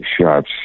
shots